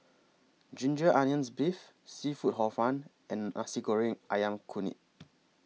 Ginger Onions Beef Seafood Hor Fun and Nasi Goreng Ayam Kunyit